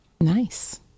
Nice